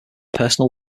personal